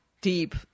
deep